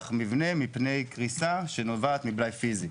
מבנה מפני קריסה שנובעת מבלאי פיזי.